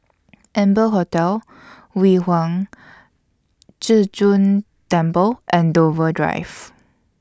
Amber Hotel Yu Huang Zhi Zun Temple and Dover Drive